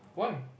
why